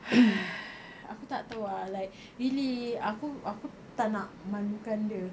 aku tak tahu ah like really aku aku tak nak malukan dia